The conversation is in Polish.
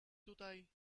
tutaj